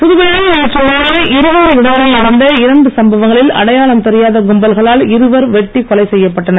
புதுவையில் நேற்று மாலை இரு வேறு இடங்களில் நடந்த இரண்டு சம்பவங்களில் அடையாளம் தெரியாத கும்பல்களால் இருவர் வெட்டி கொலை செய்யப்பட்டனர்